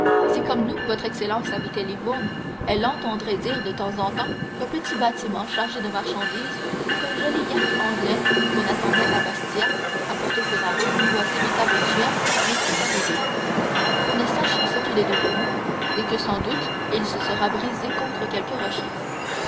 si comme nous votre excellence habitait livourne elle entendrait dire de temps en temps qu'un petit bâtiment chargé de marchandises ou qu'un joli yacht anglais qu'on attendait à bastia à porto ferrajo ou à civita vecchia n'est point arrivé qu'on ne sait ce qu'il est devenu et que sans doute il se sera brisé contre quelque rocher